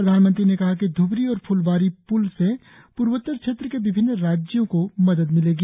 प्रधानमंत्री ने कहा कि ध्बरी और फुलबारी पुल से पूर्वोत्तर क्षेत्र के विभिन्न राज्यों को मदद मिलेगी